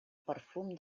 perfum